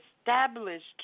established